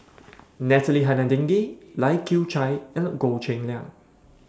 Natalie Hennedige Lai Kew Chai and Goh Cheng Liang